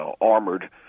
armored